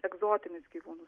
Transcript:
egzotinius gyvūnus